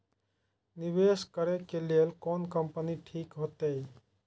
निवेश करे के लेल कोन कंपनी ठीक होते?